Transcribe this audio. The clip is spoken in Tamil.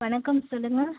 வணக்கம் சொல்லுங்கள்